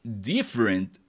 different